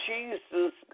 Jesus